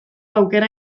aukera